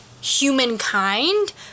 humankind